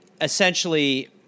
essentially